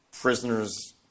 Prisoners